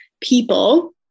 people